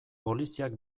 poliziak